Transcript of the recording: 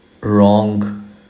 wrong